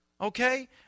Okay